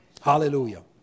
Hallelujah